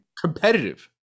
competitive